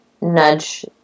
nudge